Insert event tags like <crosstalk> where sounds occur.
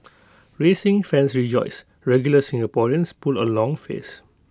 <noise> racing fans rejoice regular Singaporeans pull A long face